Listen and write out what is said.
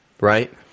right